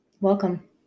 Welcome